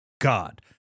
God